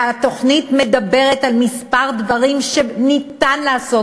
והתוכנית מדברת על כמה דברים שניתן לעשות,